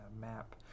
map